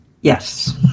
Yes